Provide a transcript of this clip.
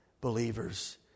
believers